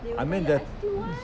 I mean the